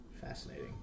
Fascinating